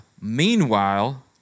meanwhile